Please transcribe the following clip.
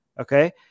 okay